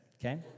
okay